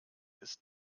ist